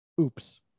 oops